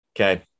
Okay